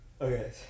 okay